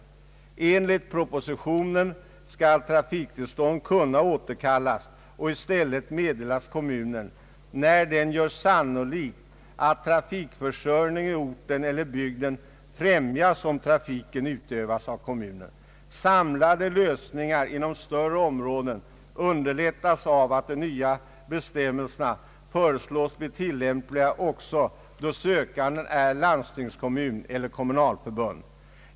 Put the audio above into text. Enligt propositionen skall trafiktillstånd kunna återkallas och i stället meddelas kommunen när den gör sannolikt att trafikförsörjningen i orten eller bygden främjas om trafiken utövas av kommunen. Samlade lösningar inom större områden underlättas av att de nya bestämmelserna föreslås bli tillämpliga också då sökanden är landstingskommun eller kommunalförbund.